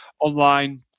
online